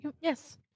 Yes